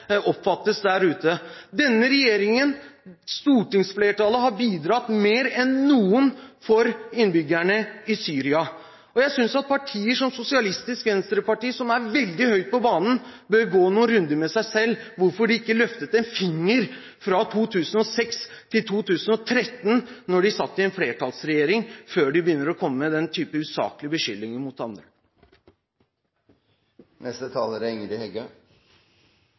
oppfattes der ute. Denne regjeringen – stortingsflertallet – har bidratt mer enn noen for innbyggerne i Syria. Jeg synes at partier som Sosialistisk Venstreparti, som er veldig høyt på banen, bør gå noen runder med seg selv om hvorfor de ikke løftet en finger fra 2006 til 2013, da de satt i en flertallsregjering, før de begynner å komme med den typen usaklige beskyldninger mot andre.